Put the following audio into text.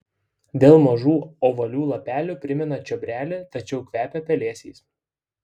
dėl mažų ovalių lapelių primena čiobrelį tačiau kvepia pelėsiais